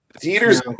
theater's